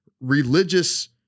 religious